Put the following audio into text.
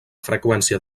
freqüència